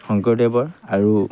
শংকৰদেৱৰ আৰু